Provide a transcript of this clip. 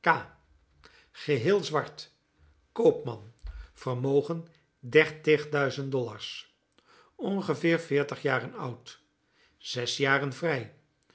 geheel zwart koopman vermogen dertig duizend dollars ongeveer veertig jaren oud zes jaren vrij